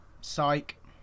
Psych